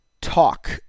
talk